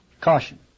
caution